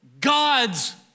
God's